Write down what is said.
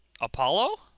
Apollo